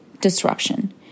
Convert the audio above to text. disruption